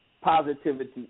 positivity